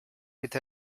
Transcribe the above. with